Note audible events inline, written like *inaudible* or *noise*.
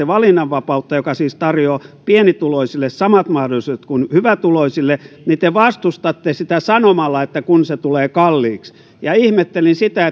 *unintelligible* valinnanvapautta joka siis tarjoaa pienituloisille samat mahdollisuudet kuin hyvätuloisille te vastustatte sitä sanomalla että kun se tulee kalliiksi ja ihmettelin sitä *unintelligible*